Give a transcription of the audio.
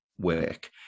work